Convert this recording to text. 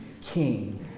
king